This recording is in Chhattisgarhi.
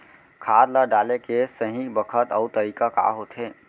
खाद ल डाले के सही बखत अऊ तरीका का होथे?